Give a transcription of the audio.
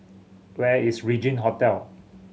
where is Regin Hotel